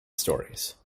stories